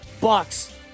Bucks